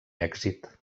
èxit